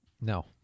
No